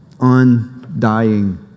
undying